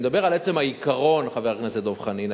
אני מדבר על עצם העיקרון, חבר הכנסת דב חנין.